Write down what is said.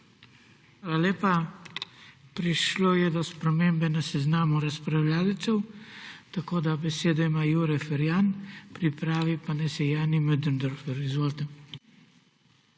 Hvala lepa. Prišlo je do spremembe na seznamu razpravljavcev, tako da besedo ima Jure Ferjan, pripravi pa naj se Jani Möderndorfer. Izvolite.